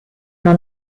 una